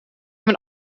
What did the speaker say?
mijn